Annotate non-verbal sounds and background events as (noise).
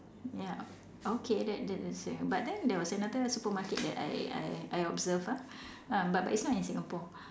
ya okay that that is same but then there was another supermarket that I I I observe ah (breath) uh but but it's not in Singapore